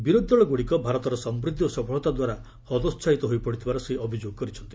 ବିରୋଧୀ ଦଳଗୁଡ଼ିକ ଭାରତର ସମୃଦ୍ଧି ଓ ସଫଳତା ଦ୍ୱାରା ହତୋହାହିତ ହୋଇପଡ଼ିଥିବାର ସେ ଅଭିଯୋଗ କରିଛନ୍ତି